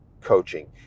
coaching